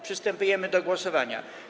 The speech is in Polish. Przystępujemy do głosowania.